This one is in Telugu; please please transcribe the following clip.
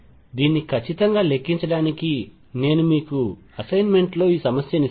దీన్ని ఖచ్చితంగా లెక్కించడానికి నేను మీకు అసైన్మెంట్లో ఈ సమస్యను ఇస్తాను